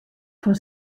fan